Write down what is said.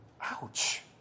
Ouch